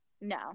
No